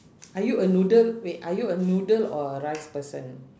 are you a noodle wait are you a noodle or a rice person